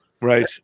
Right